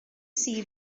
see